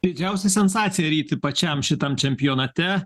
didžiausia sensacija ryti pačiam šitam čempionate